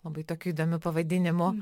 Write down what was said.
labai tokiu įdomiu pavadinimu